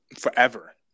Forever